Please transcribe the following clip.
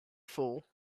fool